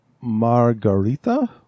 Margarita